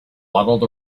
waddled